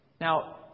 Now